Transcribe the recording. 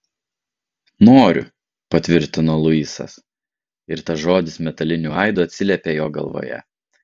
noriu patvirtino luisas ir tas žodis metaliniu aidu atsiliepė jo galvoje